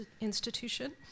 institution